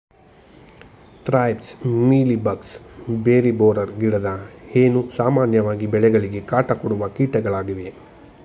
thrips, mealy bugs, berry borer, ಗಿಡದ ಹೇನು, ಸಾಮಾನ್ಯವಾಗಿ ಬೆಳೆಗಳಿಗೆ ಕಾಟ ಕೊಡುವ ಕೀಟಗಳಾಗಿವೆ